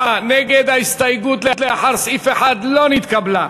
ההסתייגות לאחר סעיף 1 לא נתקבלה.